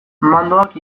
mandoak